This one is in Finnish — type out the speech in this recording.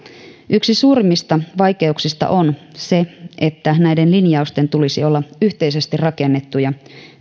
yksi suurimmista vaikeuksista on se että näiden linjausten tulisi olla yhteisesti rakennettuja